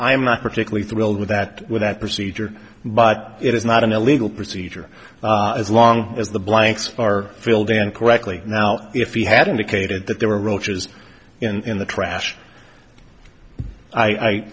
i'm not particularly thrilled with that with that procedure but it is not an illegal procedure as long as the blanks are filled and correctly now if he had indicated that there were roaches in the trash i i